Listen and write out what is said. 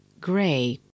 Gray